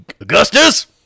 Augustus